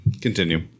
Continue